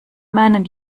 meinen